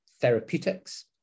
therapeutics